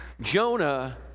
Jonah